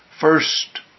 first